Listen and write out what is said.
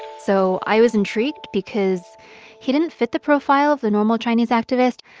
so i was intrigued because he didn't fit the profile of the normal chinese activist.